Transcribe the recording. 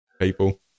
people